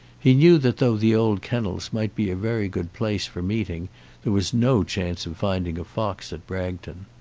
he knew that though the old kennels might be a very good place for meeting there was no chance of finding a fox at bragton.